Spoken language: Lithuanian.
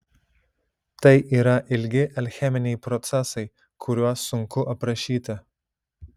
tai yra ilgi alcheminiai procesai kuriuos sunku aprašyti